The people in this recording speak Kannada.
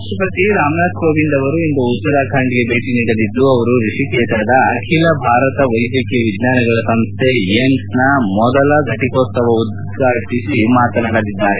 ರಾಷ್ಟಸತಿ ರಾಮನಾಥ್ ಕೋವಿಂದ್ ಅವರು ಇಂದು ಉತ್ತರಾಖಂಡ್ಗೆ ಭೇಟಿ ನೀಡಲಿದ್ದು ಅವರು ರಿಷಿಕೇಷದ ಅಖಿಲ ಭಾರತ ವೈದ್ಯಕೀಯ ವಿಜ್ವಾನಗಳ ಸಂಸ್ಥೆ ಏಮ್ಸ್ನ ಮೊದಲ ಘಟಿಕೋತ್ಸವ ಉದ್ದೇಶಿಸಿ ಭಾಷಣ ಮಾಡಲಿದ್ದಾರೆ